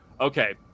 Okay